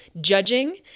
judging